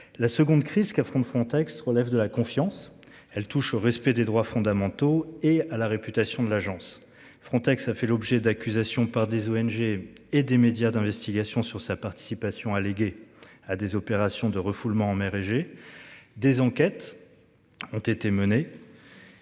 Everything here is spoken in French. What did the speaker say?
La seconde crise qu'affronte Frontex relève de la confiance, elle touche au respect des droits fondamentaux et à la réputation de l'agence Frontex a fait l'objet d'accusations par des ONG et des médias d'investigation sur sa participation alléguée à des opérations de refoulements en mer Égée. Des enquêtes. Ont été menées.